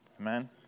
Amen